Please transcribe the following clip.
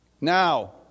Now